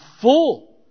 full